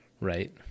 right